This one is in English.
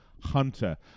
Hunter